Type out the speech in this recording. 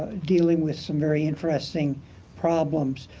dealing with some very interesting problems.